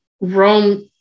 Rome